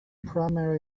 primary